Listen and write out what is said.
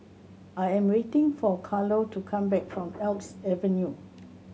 I am waiting for Carlo to come back from Alps Avenue